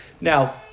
Now